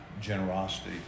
generosity